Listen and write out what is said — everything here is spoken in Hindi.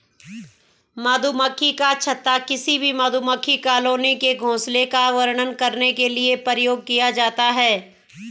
मधुमक्खी का छत्ता किसी भी मधुमक्खी कॉलोनी के घोंसले का वर्णन करने के लिए प्रयोग किया जाता है